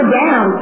down